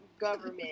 government